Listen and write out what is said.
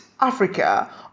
Africa